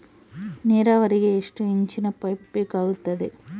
ನೇರಾವರಿಗೆ ಎಷ್ಟು ಇಂಚಿನ ಪೈಪ್ ಬೇಕಾಗುತ್ತದೆ?